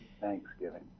Thanksgiving